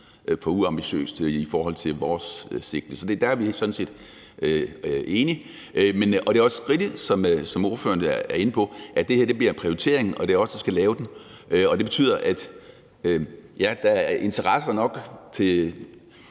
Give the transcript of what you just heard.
for uambitiøst i forhold til vores sigte, så der er vi sådan set enige. Og det er også rigtigt, som ordføreren er inde på, at det her bliver en prioritering, og at det er os, der skal lave den, og ja, der er interesser nok til